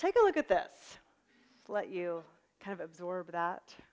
take a look at this let you kind of absorb that